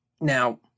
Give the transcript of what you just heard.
Now